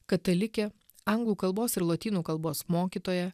katalikė anglų kalbos ir lotynų kalbos mokytoja